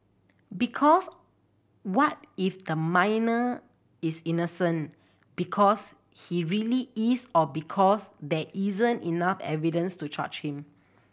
because what if the minor is innocent because he really is or because there isn't enough evidence to charge him